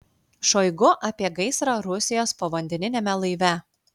šoigu apie gaisrą rusijos povandeniniame laive